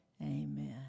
Amen